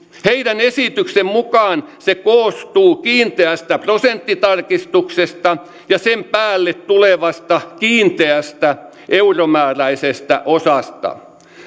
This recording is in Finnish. heidän esityksensä mukaan se koostuu kiinteästä prosenttitarkistuksesta ja sen päälle tulevasta kiinteästä euromääräisestä osasta